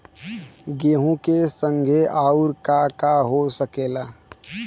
गेहूँ के संगे आऊर का का हो सकेला?